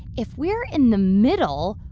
if we're in the middle,